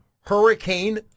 Hurricane